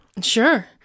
Sure